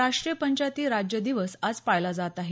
राष्टीय पंचायती राज्य दिवस आज पाळला जात आहे